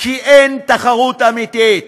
כי אין תחרות אמיתית.